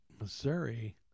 missouri